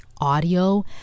audio